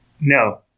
No